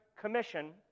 Commission